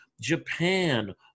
Japan